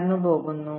കടന്നുപോകുന്നു